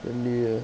the new year